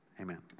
amen